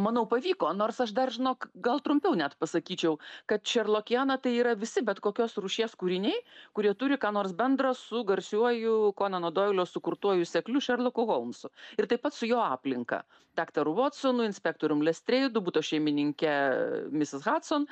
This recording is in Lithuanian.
manau pavyko nors aš dar žinok gal trumpiau net pasakyčiau kad šerlokiena tai yra visi bet kokios rūšies kūriniai kurie turi ką nors bendra su garsiuoju konano doilio sukurtuoju sekliu šerloku holmsu ir taip pat su jo aplinka daktaru votsonu inspektorium lestreidu buto šeimininke misis hadson